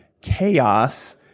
chaos